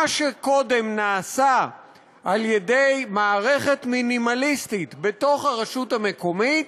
מה שקודם נעשה על-ידי מערכת מינימליסטית בתוך הרשות המקומית